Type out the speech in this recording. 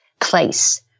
place